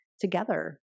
together